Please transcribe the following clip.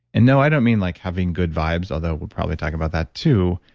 and no, i don't mean like having good vibes although we'll probably talk about that too.